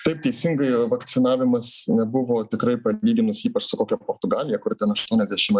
taip teisingai vakcinavimas nebuvo tikrai palyginus ypač su kokia portugalija kur ten aštuoniasdešim ar